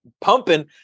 pumping